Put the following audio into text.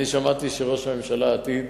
אני שמעתי שראש הממשלה עתיד